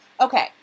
okay